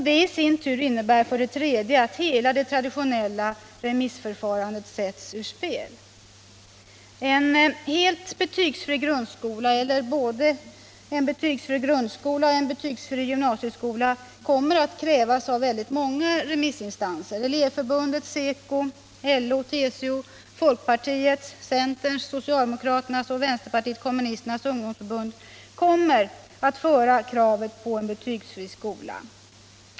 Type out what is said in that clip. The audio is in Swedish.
Detta i sin tur innebär för det tredje att hela det traditionella remissförfarandet sätts ur spel. En helt betygsfri grundskola eller både en betygsfri grundskola och en betygsfri gymnasieskola kommer att krävas av väldigt många remissinstanser. Elevförbundet SECO, LO, TCO, folkpartiets, centerns, socialdemokraternas och vänsterpartiet kommunisternas ungdomsförbund kommer att ställa kravet på en betygsfri skola.